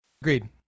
agreed